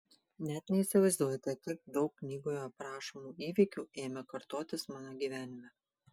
net neįsivaizduojate kiek daug knygoje aprašomų įvykių ėmė kartotis mano gyvenime